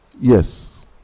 Yes